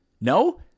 No